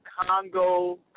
Congo